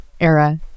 era